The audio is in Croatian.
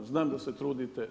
Znam da se trudite.